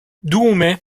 dume